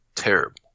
Terrible